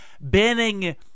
banning